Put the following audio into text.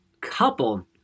couple